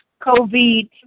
COVID